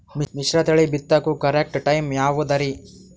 ಮಿಶ್ರತಳಿ ಬಿತ್ತಕು correct time ಯಾವುದರಿ?